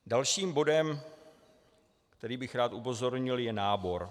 Dalším bodem, který bych rád upozornil, je nábor.